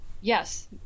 Yes